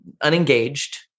unengaged